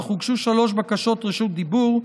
אך הוגשו שלוש בקשות רשות דיבור.